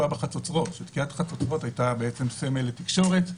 בחצוצרות תקיעת חצוצרות הייתה סמל לתקשורת.